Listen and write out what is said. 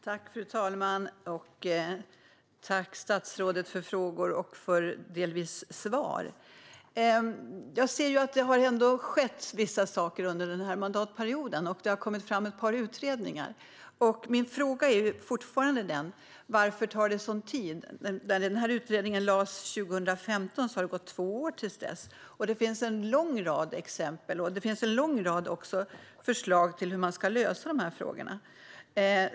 Fru talman! Tack, statsrådet, för frågor och för vissa svar! Det har ändå skett vissa saker under den här mandatperioden, och det har kommit fram ett par utredningar. Min fråga är fortfarande: Varför tar det så lång tid? Sedan utredningen lades fram, 2015, har det gått två år. Där finns en lång rad exempel och förslag på hur man ska lösa de här frågorna.